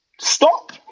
stop